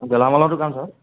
গেলামালৰ দোকান ছাৰ